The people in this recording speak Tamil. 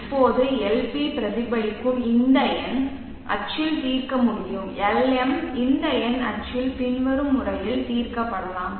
இப்போது LP பிரதிபலிக்கும் இந்த என் அச்சில் தீர்க்க முடியும் LM இந்த என் அச்சில் பின்வரும் முறையில் தீர்க்கப்படலாம்